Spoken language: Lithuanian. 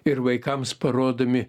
ir vaikams parodomi